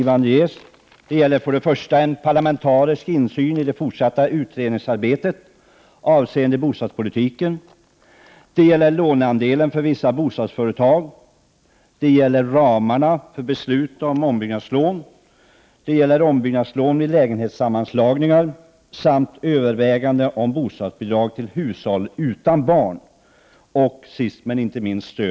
Förslag på ytterligare sex tillkännagivanden ges.